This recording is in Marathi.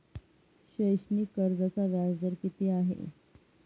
शैक्षणिक कर्जाचा व्याजदर किती आहे?